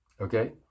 Okay